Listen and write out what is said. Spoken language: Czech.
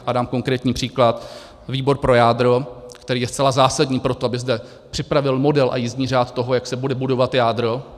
A dám konkrétní příklad výbor pro jádro, který je zcela zásadní pro to, aby zde připravil model a jízdní řád toho, jak se bude budovat jádro.